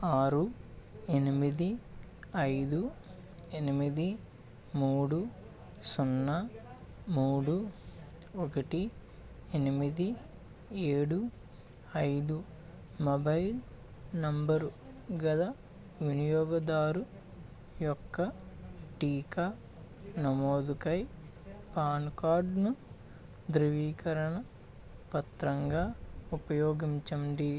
ఆరు ఎనిమిది ఐదు ఎనిమిది మూడు సున్నా మూడు ఒకటి ఎనిమిది ఏడు ఐదు మొబైల్ నెంబరు గల వినియోగదారు యొక్క టీకా నమోదుకై పాన్ కార్డును ధృవీకరణ పత్రంగా ఉపయోగించండి